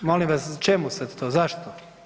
Molim vas čemu sad to, zašto?